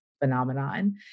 phenomenon